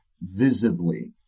visibly